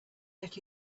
get